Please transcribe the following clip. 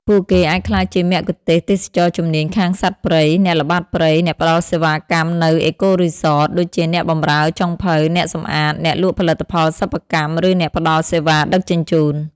ពួកគេអាចក្លាយជាមគ្គុទ្ទេសក៍ទេសចរណ៍ជំនាញខាងសត្វព្រៃ អ្នកល្បាតព្រៃ អ្នកផ្តល់សេវាកម្មនៅ អេកូរីសត ដូចជាអ្នកបម្រើ ចុងភៅ អ្នកសម្អាត អ្នកលក់ផលិតផលសិប្បកម្ម ឬអ្នកផ្តល់សេវាដឹកជញ្ជូន។